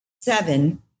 seven